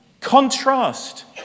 Contrast